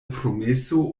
promeso